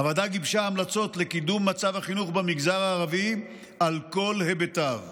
הוועדה גיבשה המלצות לקידום מצב החינוך במגזר הערבי על כל היבטיו.